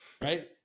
right